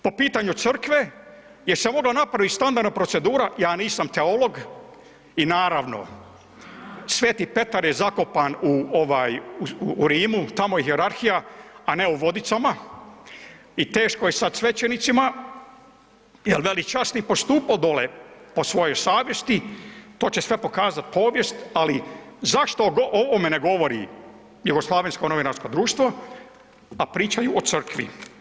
Po pitanju crkve, jel se mogla napraviti standardna procedura, ja nisam teolog i naravno Sv. Petar je zakopan u ovaj u Rimu tamo je hijerarhija, a ne u Vodicama i teško je sad svećenicima, jel velečasni postupao dole po svojoj savjesti to će sve pokazati povijest, ali zašto o ovome ne govori jugoslavensko novinarsko društvo, a pričaju o crkvi.